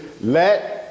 let